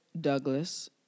Douglas